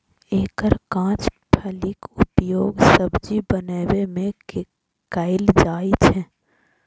एकर कांच फलीक उपयोग सब्जी बनबै मे कैल जाइ छै